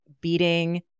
beating